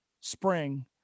spring